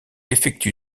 effectue